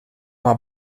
uma